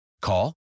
Call